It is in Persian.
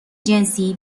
جنسی